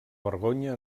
vergonya